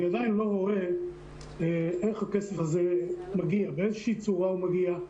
אני עדיין לא רואה איך הכסף הזה מגיע באיזושהי צורה הוא מגיע,